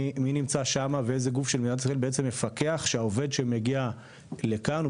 אז מי הגוף ממדינת ישראל שבעצם מפקח שהעובד שמגיע לכאן הוא